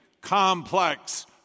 complex